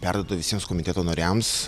perduoda visiems komiteto nariams